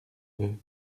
vœu